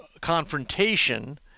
confrontation